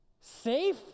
Safe